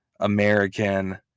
American